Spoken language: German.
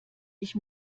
ich